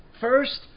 First